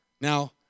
Now